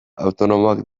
autonomoak